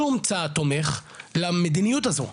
שום צעד תומך למדיניות הזו.